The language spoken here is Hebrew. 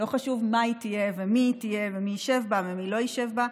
לא חשוב מה היא תהיה ומי היא תהיה ומי ישב בה ומי לא ישב בה,